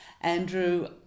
Andrew